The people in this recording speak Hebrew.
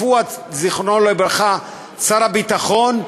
פואד, זיכרונו לברכה, שר הביטחון,